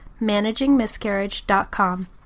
managingmiscarriage.com